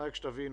רק שתבינו,